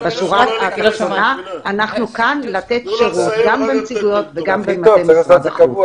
בשורה התחתונה אנחנו כאן לתת שירות גם בנציגויות וגם במטה משרד החוץ.